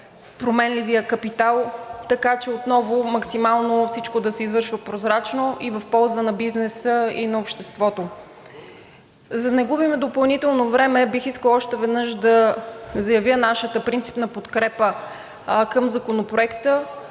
променливият капитал, така че отново максимално всичко да се извършва прозрачно и в полза на бизнеса и на обществото. За да не губим допълнително време, бих искала още веднъж да заявя нашата принципна подкрепа към законопроекта